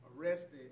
Arrested